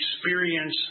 experience